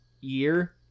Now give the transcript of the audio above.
year